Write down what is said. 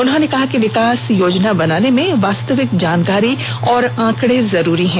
उन्होंने कहा कि विकास योजना बनाने में वास्तविक जानकारी और आंकड़ा जरूरी है